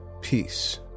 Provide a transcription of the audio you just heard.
peace